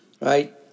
right